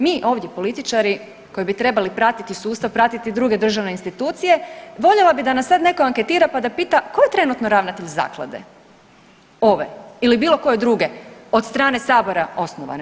Mi ovdje političari koji bi trebali pratiti sustav, pratiti druge državne institucije voljela bi da nas sad neko anketira pa da pita tko je trenutno ravnatelj zaklade ove ili bilo koje druge od strane sabora osnovane.